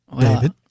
David